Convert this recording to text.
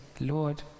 Lord